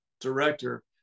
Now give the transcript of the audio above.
director